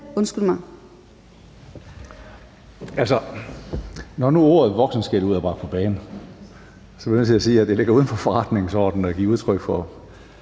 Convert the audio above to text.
Altså, når nu ordet voksenskældud er bragt på bane, er jeg nødt til at sige, at det ligger uden for forretningsordenen at give udtryk for